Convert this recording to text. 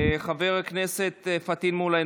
חבר הכנסת פטין מולא,